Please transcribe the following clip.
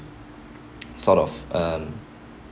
sort of um